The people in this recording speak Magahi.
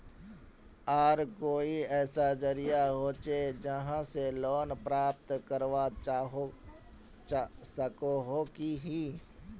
आर कोई ऐसा जरिया होचे जहा से लोन प्राप्त करवा सकोहो ही?